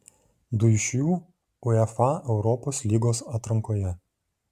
du iš jų uefa europos lygos atrankoje